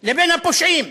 הפושעים.